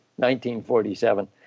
1947